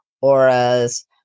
auras